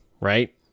right